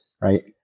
Right